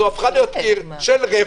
זו הפכה להיות עיר רווחה.